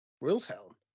Wilhelm